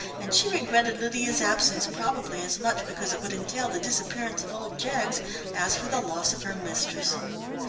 and she regretted lydia's absence probably as much because it would entail the disappearance of old jaggs as for the loss of her mistress.